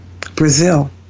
Brazil